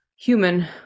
human